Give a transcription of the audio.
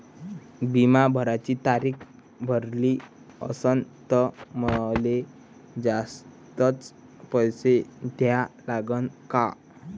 बिमा भराची तारीख भरली असनं त मले जास्तचे पैसे द्या लागन का?